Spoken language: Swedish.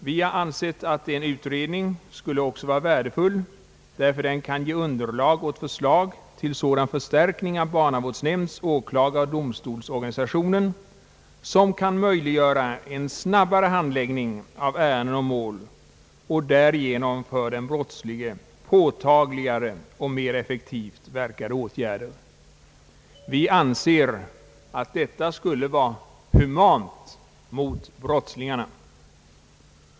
Vi har ansett att en utredning också skulle vara värdefull för att den kan ge underlag åt förslag till en sådan förstärkning av barnavårdsnämnds-, åklagaroch domstolsorganisationen som kan möjliggöra en snabbare handläggning av ärenden och mål och därigenom för den brottslige påtagligare och mera effektivt verkande åtgärder. Vi anser att detta djupare sett skulle vara humant mot honom.